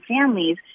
families